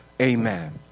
amen